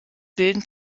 bilden